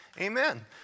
amen